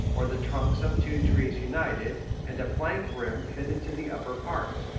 or the trunks of two trees united, and a plank rim fitted to the upper part.